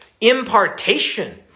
Impartation